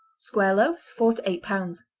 square loaves, four to eight pounds.